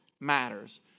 matters